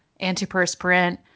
antiperspirant